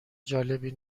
جالبی